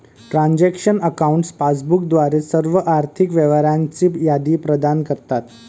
transaction accounts passbook द्वारे सर्व आर्थिक व्यवहारांची यादी प्रदान करतात